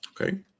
Okay